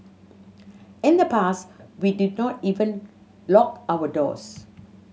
in the past we did not even lock our doors